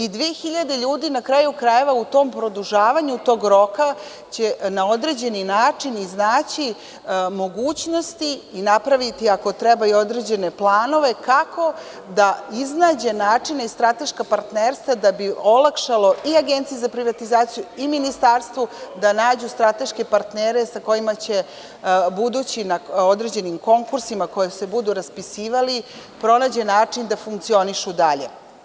Na kraju krajeva, u tom produžetku roka 2000 ljudi će na određeni način iznaći mogućnost i napraviti ako treba i određene planove kako da iznađe načine i strateška partnerstva da bi olakšalo i Agenciji za privatizaciju i ministarstvu da nađu strateške partnere sa kojima će na određenim konkursima koji se budu raspisivali pronaći način da funkcionišu dalje.